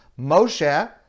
Moshe